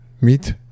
meet